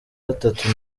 gatatu